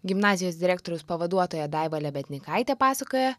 gimnazijos direktoriaus pavaduotoja daiva lebednykaitė pasakoja